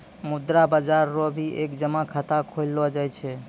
मुद्रा बाजार रो भी एक जमा खाता खोललो जाय छै